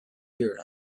hear